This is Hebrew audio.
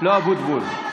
לא אבוטבול.